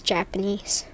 Japanese